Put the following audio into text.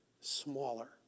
smaller